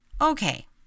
Okay